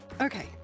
Okay